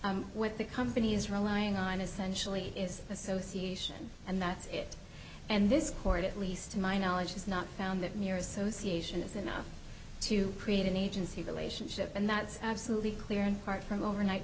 what the company is relying on essentially is association and that's it and this court at least to my knowledge has not found that mere association is enough to create an agency relationship and that's absolutely clear in part from overnight